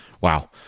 wow